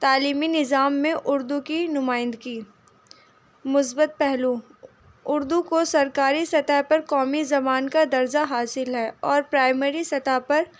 تعلیمی نظام میں اردو کی نمائندگی مثبت پہلو اردو کو سرکاری سطح پر قومی زبان کا درجہ حاصل ہے اور پرائمری سطح پر